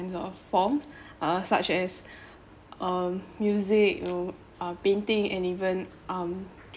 or forms uh such as um music you know uh painting and even um